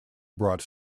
brought